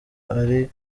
ariho